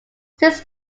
since